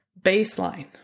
baseline